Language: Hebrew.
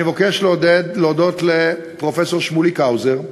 אני מבקש להודות לפרופסור שמוליק האוזר,